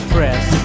Press